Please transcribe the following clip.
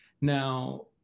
Now